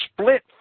split